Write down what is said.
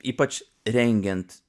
ypač rengiant